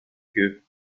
queue